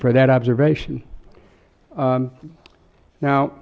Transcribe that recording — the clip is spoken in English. for that observation i'm now